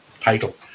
title